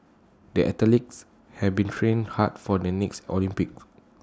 the athletes have been training hard for the next Olympics